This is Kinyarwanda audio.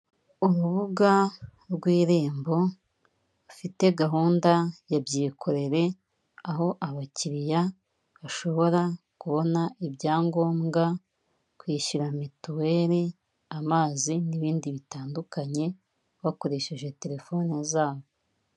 Urubuga rw'irembo bafite gahunda ya byikorere, aho abakiriya bashobora kubona ibyangombwa, kwishyura mituweri, amazi n'ibindi bitandukanye, bakoresheje terefone zabo.